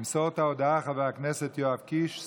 ימסור את ההודעה חבר הכנסת יואב קיש,